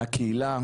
מהקהילה,